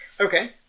Okay